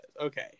Okay